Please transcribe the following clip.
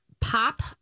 pop